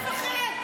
אני מפחד.